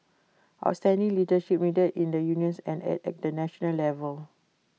outstanding leadership needed in the unions and at the national level